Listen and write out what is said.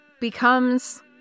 becomes